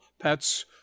pets